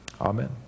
Amen